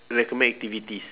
recommend activities